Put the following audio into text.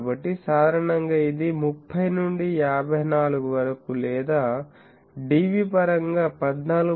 కాబట్టి సాధారణంగా ఇది 30 నుండి 54 వరకు లేదా dB పరంగా 14